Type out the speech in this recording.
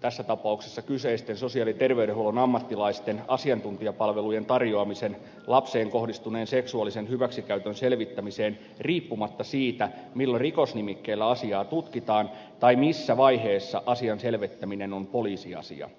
tässä tapauksessa kyseisten sosiaali ja terveydenhuollon ammattilaisten asiantuntijapalvelujen tarjoamisen lapseen kohdistuneen seksuaalisen hyväksikäytön selvittämiseen riippumatta siitä millä rikosnimikkeellä asiaa tutkitaan tai missä vaiheessa asian selvittäminen on poliisiasia